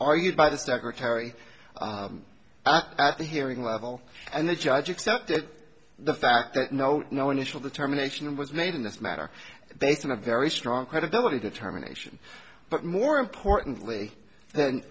argued by the secretary at the hearing level and the judge accepted the fact that no no initial determination was made in this matter based on a very strong credibility determination but more importantly than